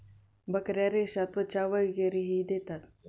बकऱ्या रेशा, त्वचा वगैरेही देतात